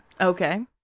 Okay